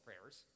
prayers